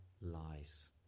lives